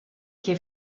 che